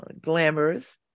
glamorous